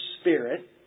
spirit